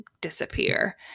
disappear